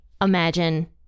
imagine